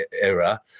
era